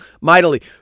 mightily